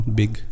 big